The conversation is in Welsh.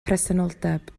presenoldeb